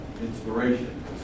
inspiration